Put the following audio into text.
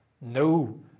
No